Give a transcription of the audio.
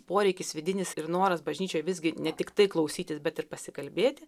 poreikis vidinis ir noras bažnyčioj visgi ne tiktai klausytis bet ir pasikalbėti